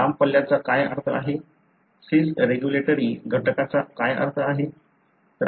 लांब पल्ल्याचा काय अर्थ आहे सीस रेग्यूलेटरी घटकाचा काय अर्थ आहे